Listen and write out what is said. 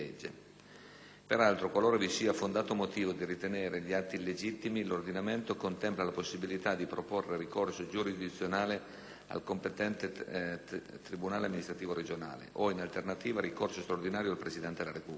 Peraltro, qualora vi sia fondato motivo di ritenere gli atti illegittimi, l'ordinamento contempla la possibilità di proporre ricorso giurisdizionale al competente tribunale amministrativo regionale o, in alternativa, ricorso straordinario al Presidente della Repubblica.